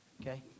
Okay